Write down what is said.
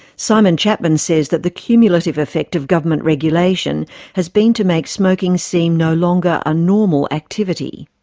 simon chapman says that the cumulative effect of government regulation has been to make smoking seem no longer a normal activity.